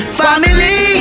family